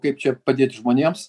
kaip čia padėt žmonėms